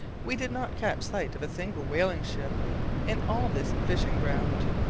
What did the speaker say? we did not catch sight of a single whaling-ship in all this fishing-ground.